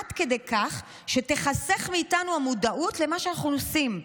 עד כדי כך שתיחסך מאיתנו המודעות למה שאנחנו עושים.